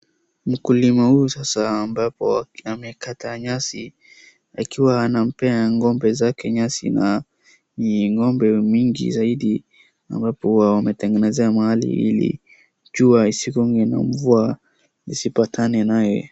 Mkulima huyu sasa ambapo ameeka nyasi akiwa anampea ngombe zake nyasi na ngombe mingi zaidi ambapo wametengenezea mahali ili jua isigonge na mvua isipatane naye.